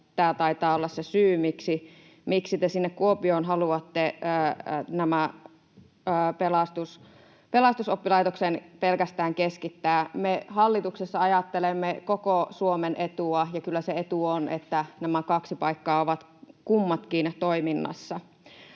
Tämä taitaa olla se syy, miksi te sinne Kuopioon haluatte tämän pelastusoppilaitoksen pelkästään keskittää. Me hallituksessa ajattelemme koko Suomen etua, ja kyllä se etu on, että nämä kaksi paikkaa ovat kummatkin toiminnassa.